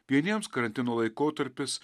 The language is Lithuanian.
vieniems karantino laikotarpis